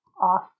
off